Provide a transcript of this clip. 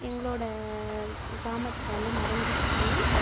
எங்களோட கிராமத்தில் வந்து நடந்துச்சு